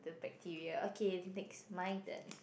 bacteria okay next my turn